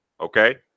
Okay